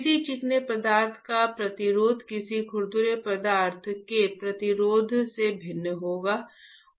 किसी चिकने पदार्थ का प्रतिरोध किसी खुरदुरे पदार्थ के प्रतिरोध से भिन्न होगा